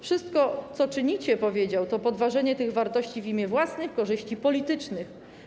Wszystko, co czynicie - powiedział - to podważenie tych wartości w imię własnych korzyści politycznych.